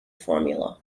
formula